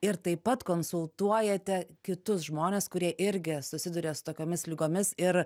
ir taip pat konsultuojate kitus žmones kurie irgi susiduria su tokiomis ligomis ir